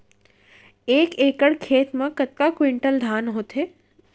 एक एकड़ खेत मा कतका क्विंटल धान होथे?